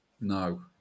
No